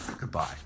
Goodbye